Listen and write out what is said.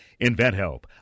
InventHelp